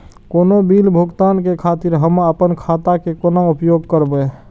कोनो बील भुगतान के खातिर हम आपन खाता के कोना उपयोग करबै?